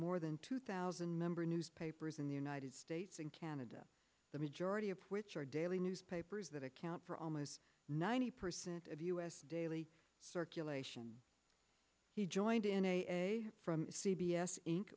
more than two thousand member newspapers in the united states and canada the majority of which are daily newspapers that account for almost ninety percent of u s daily circulation he joined in from c